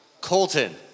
Colton